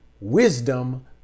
wisdom